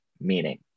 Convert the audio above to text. meaning